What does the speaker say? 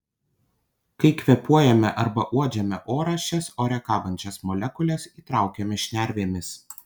kai kvėpuojame arba uodžiame orą šias ore kabančias molekules įtraukiame šnervėmis